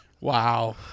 wow